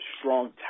strong